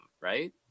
right